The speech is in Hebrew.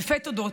אלפי תודות.